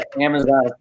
Amazon